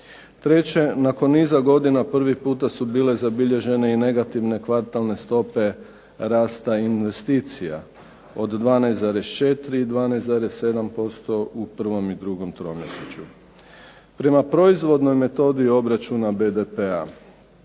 Treće, nakon niza godina prvi puta su bile zabilježene i negativne kvartalne stope rasta investicija od 12,4 i 12,7% u prvom i drugom tromjesečju. Prema proizvodnoj metodi obračuna BDP-a